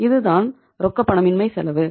இது தான் ரொக்கப்பணமின்மை செலவு